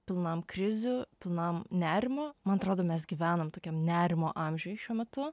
pilnam krizių pilnam nerimo man atrodo mes gyvenam tokiam nerimo amžiuj šiuo metu